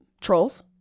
Trolls